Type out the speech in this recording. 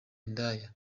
indaya